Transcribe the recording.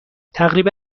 تقریبا